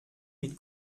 mit